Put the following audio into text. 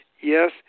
yes